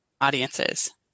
audiences